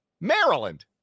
Maryland